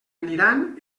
aniran